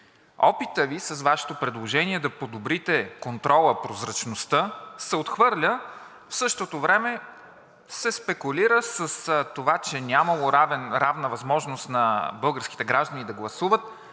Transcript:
Опитът Ви с Вашето предложение да подобрите контрола, прозрачността се отхвърля, в същото време се спекулира с това, че нямало равна възможност на българските граждани да гласуват.